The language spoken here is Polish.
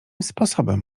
sposobem